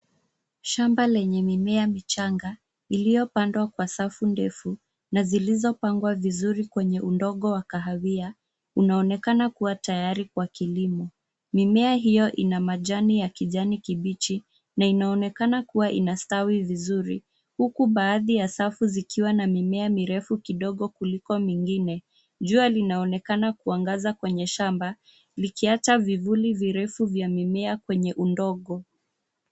Shamba lenye mimea michanga, iliyopandwa kwa safu ndefu na zilizopangwa vizuri kwenye udongo wa kahawia unaonekana kuwa tayari kwa kilimo. Mimea hiyo ina majani ya kijani kibichi na inaonekana kuwa ina stawi vizuri huku baadhi ya safu zikiwa na mimea mirefu kidogo kuliko mwingine. Jua linaonekana kuangaza kwenye shamba likiacha vivuli virefu vya mimea kwenye udongo.